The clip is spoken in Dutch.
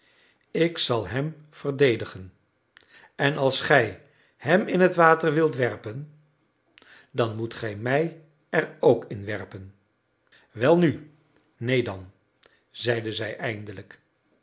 ik zal hem verdedigen en als gij hem in het water wilt werpen dan moet gij mij er ook inwerpen welnu neen dan zeiden zij eindelijk